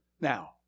now